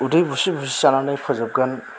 उदै बुसि बुसि जानानै फोजोबगोन